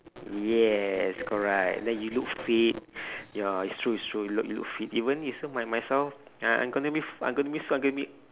yes correct then you look fit ya it's true it's true you look you look fit even is still by myself and I I'm gonna be f~ I'm gonna be suddenly